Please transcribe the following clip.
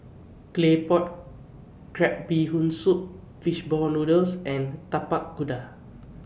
Claypot Crab Bee Hoon Soup Fish Ball Noodles and Tapak Kuda